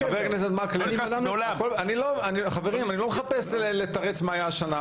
חברים, אני לא מחפש לתרץ מה היה השנה.